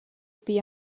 pli